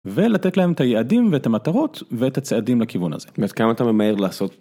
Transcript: ולתת להם את היעדים ואת המטרות ואת הצעדים לכיוון הזה ואת כמה אתה ממהר לעשות.